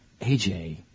AJ